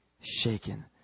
shaken